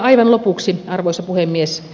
aivan lopuksi arvoisa puhemies